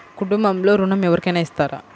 కుటుంబంలో ఋణం ఎవరికైనా ఇస్తారా?